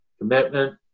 commitment